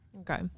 Okay